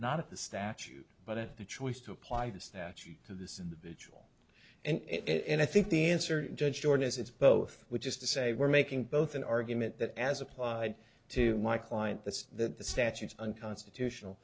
not of the statute but it the choice to apply the statute to this individual and i think the answer judge george is it's both which is to say we're making both an argument that as applied to my client the statute unconstitutional